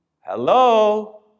Hello